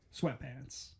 Sweatpants